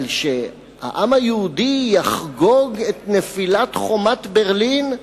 אבל שהעם היהודי יחגוג את נפילת חומת ברלין,